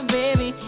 baby